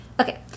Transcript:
okay